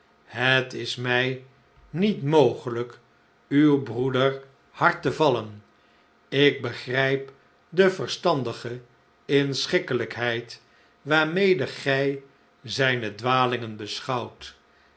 het is mij niet mogelijk uw broeder hard te vallen ik begrijp de verstandige inschikkelijkheid waarmede gij zijne dwalingen beschouwt